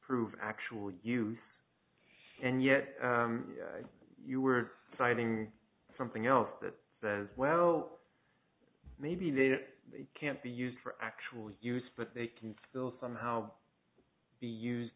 prove actual use and yet you were citing something else that says well maybe they can't be used for actual use but they can still somehow be used